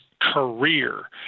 career